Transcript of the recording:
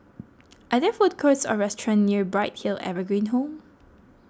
are there food courts or restaurants near Bright Hill Evergreen Home